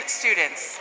students